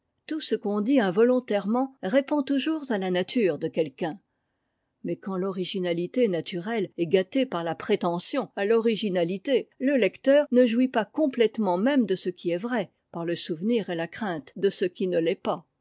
tout ce qu'on dit involontairement répond toujours à la nature de quelqu'un mais quand l'originalité naturelle est gâtée par la prétention à l'originalité le lecteur ne jouit pas complètement même de ce qui est vrai par le souvenir et la crainte de ce qui ne l'est pas